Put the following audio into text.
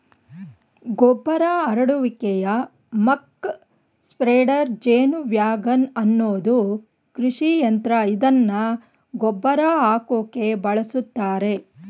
ಗೊಬ್ಬರ ಹರಡುವಿಕೆಯ muck spreader ಜೇನುವ್ಯಾಗನ್ ಅನ್ನೋದು ಕೃಷಿಯಂತ್ರ ಇದ್ನ ಗೊಬ್ರ ಹಾಕಕೆ ಬಳುಸ್ತರೆ